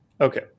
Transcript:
Okay